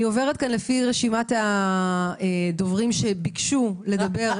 נעבור לפי רשימת הדוברים שביקשו לדבר.